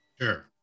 Sure